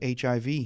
HIV